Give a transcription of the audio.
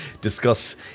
discuss